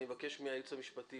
אני מבקש מהייעוץ המשפטי,